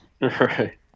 Right